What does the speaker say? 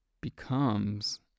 becomes